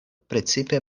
precipe